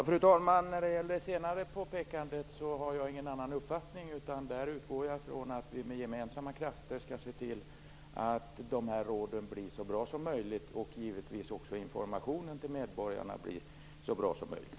Fru talman! Jag har ingen annan uppfattning om det senare påpekandet. Jag utgår från att vi med gemensamma krafter skall se till att råden blir så bra som möjligt och givetvis att informationen till medborgarna blir så bra som möjligt.